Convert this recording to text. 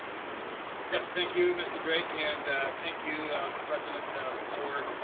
yes, thank you mr. drake and thank you president fluor,